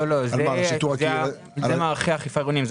לא, זה מערכי האכיפה העירוניים.